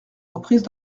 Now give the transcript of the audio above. reprises